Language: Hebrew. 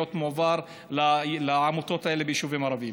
מועבר לעמותות האלה ביישובים ערביים.